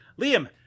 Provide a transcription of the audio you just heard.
Liam